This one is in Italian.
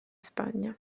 spagna